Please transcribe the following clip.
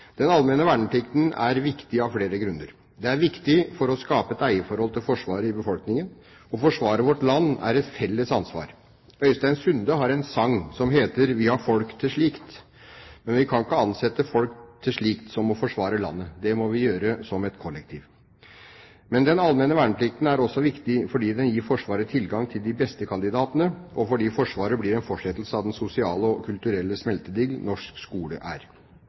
Den allmenne verneplikten er viktig av flere grunner. Den er viktig for å skape et eierforhold til Forsvaret i befolkningen. Å forsvare vårt land er et felles ansvar. Øystein Sunde har en sang som heter «Folk til slikt» – men vi kan ikke ansette folk til slikt som å forsvare landet, det må vi gjøre som et kollektiv. Men den allmenne verneplikten er også viktig fordi den gir Forsvaret tilgang til de beste kandidatene og fordi Forsvaret blir en fortsettelse av den sosiale og kulturelle smeltedigel som norsk skole er.